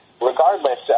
regardless